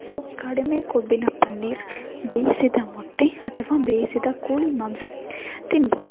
so ಕಡಿಮೆ ಕೊಬ್ಬಿನ ಪನ್ನೀರ್ ಬೇಯಿಸಿದ ಮೊಟ್ಟೆ ಅಥವಾ ಬೇಯಿಸಿದ ಕೋಳಿ ಮಾಂಸ ತಿನ್ಬೋದು